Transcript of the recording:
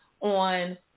on